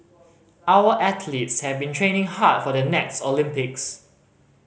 our athletes have been training hard for the next Olympics